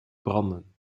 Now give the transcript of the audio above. branden